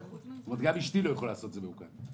גם אשתי לא יכולה לעשות את זה ממוכן.